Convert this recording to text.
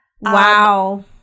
Wow